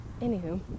anywho